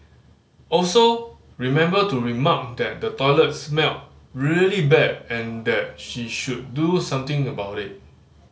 also remember to remark that the toilet smelled really bad and that she should do something about it